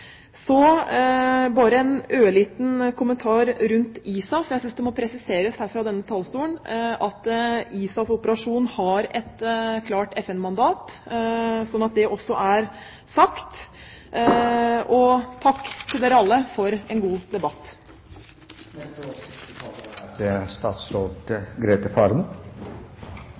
Så bare en ørliten kommentar rundt ISAF. Jeg synes det må presiseres her fra denne talerstolen at ISAF-operasjonen har et klart FN-mandat, slik at det også er sagt. Og takk til dere alle for en god debatt!